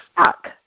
stuck